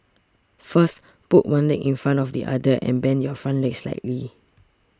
first put one leg in front of the other and bend your front leg slightly